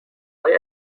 های